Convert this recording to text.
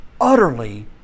utterly